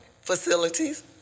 Facilities